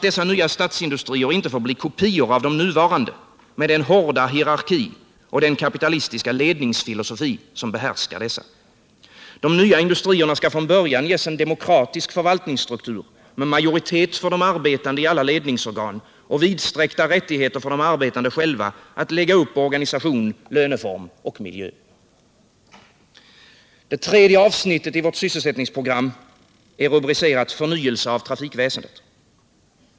Dessa nya statsindustrier får inte bli kopior av de nuvarande med den hårda hierarki och den kapitalistiska ledningsfilosofi som behärskar dessa. De nya industrierna skall från början ges en demokratisk förvaltningsstruktur med majoritet för de arbetande i alla ledningsorgan och vidsträckta rättigheter för de arbetande själva att lägga upp organisation, löneform och miljö. Det tredje avsnittet i vårt sysselsättningsprogram är rubricerat Förnyelse av trafikväsendet.